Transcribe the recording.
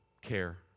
care